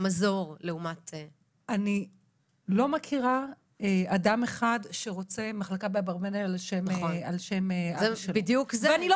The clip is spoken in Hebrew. אני לא מכירה אדם אחד שרוצה מחלקה באברבנאל על שם אבא שלו ואני לא